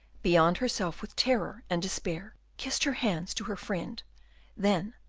beyond herself with terror and despair, kissed her hands to her friend then,